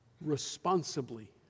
responsibly